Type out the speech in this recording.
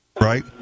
right